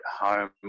home